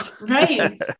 Right